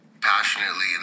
passionately